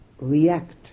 react